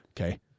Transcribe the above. Okay